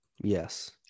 Yes